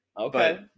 okay